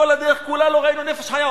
כל הדרך כולה לא ראינו נפש חיה.